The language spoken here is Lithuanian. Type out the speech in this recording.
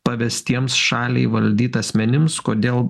pavestiems šaliai valdyt asmenims kodėl